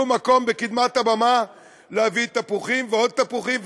מקום בקדמת הבמה להביא תפוחים ועוד תפוחים,